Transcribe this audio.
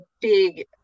big